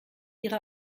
ihre